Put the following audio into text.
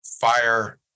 fire